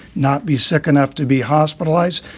not be sick enough to be hospitalized,